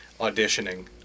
auditioning